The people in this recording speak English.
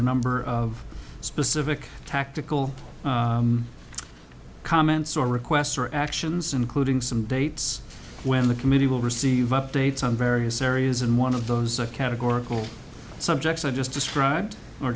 a number of specific tactical comments or requests or actions including some dates when the committee will receive updates on various areas and one of those are categorical subjects i just described or